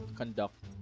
conduct